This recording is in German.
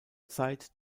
zeit